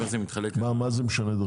מה זה משנה?